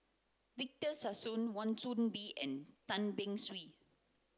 Victor Sassoon Wan Soon Bee and Tan Beng Swee